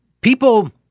people